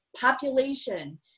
population